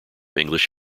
english